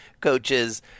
coaches